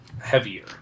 heavier